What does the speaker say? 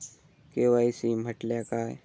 KYC म्हटल्या काय?